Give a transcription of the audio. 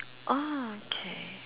oh okay